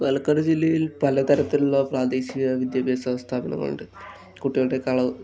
പാലക്കാട് ജില്ലയിൽ പലതരത്തിലുള്ള പ്രാദേശിക വിദ്യാഭ്യാസ സ്ഥാപനങ്ങൾ ഉണ്ട് കുട്ടികളുടെ കള